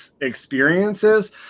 experiences